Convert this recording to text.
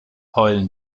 heulen